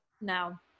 no